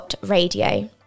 radio